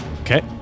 Okay